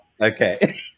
Okay